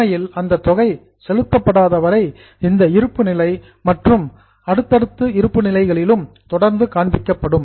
உண்மையில் அந்த தொகை செலுத்தப்படாத வரை இந்த இருப்பு நிலை மற்றும் சப்சீக்குவண்ட் அடுத்தடுத்த இருப்பு நிலைகளிலும் தொடர்ந்து காண்பிக்கப்படும்